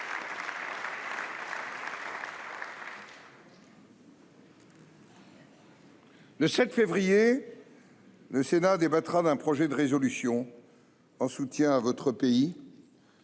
Le 7 février prochain, le Sénat débattra d'un projet de résolution en soutien à votre pays